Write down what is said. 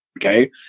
Okay